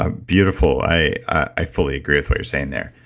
ah beautiful, i i fully agree with what you're saying there.